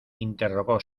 interrogó